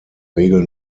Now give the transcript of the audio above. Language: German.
regel